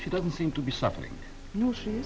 she doesn't seem to be suffering